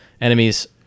Enemies